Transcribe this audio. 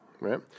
right